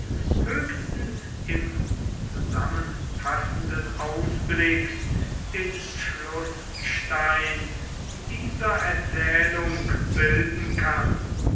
höchstens im zusammenfassenden ausblick den schlußstein dieser erzählung bilden kann